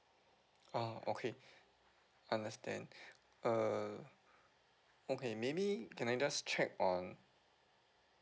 ah okay understand uh okay maybe can I just check on